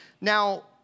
Now